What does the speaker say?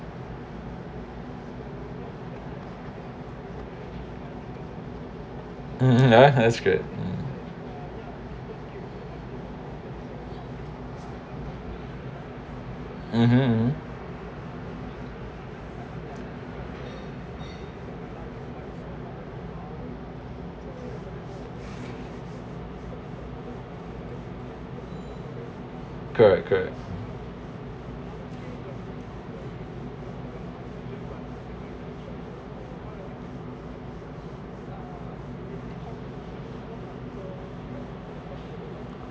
mmhmm uh that’s good mmhmm cool cool